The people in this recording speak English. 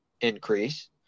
increase